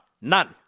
None